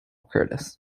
curtis